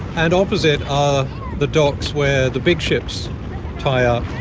and opposite are the docks where the big ships tie up,